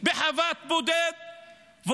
בחוות בודדים,